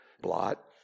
blot